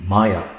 Maya